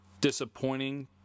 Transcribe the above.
disappointing